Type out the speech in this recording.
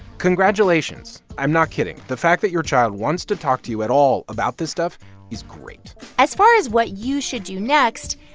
congratulations. i'm not kidding. the fact that your child wants to talk to you at all about this stuff is great as far as what you should do next,